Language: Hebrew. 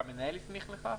שהמנהל הסמיך לכך?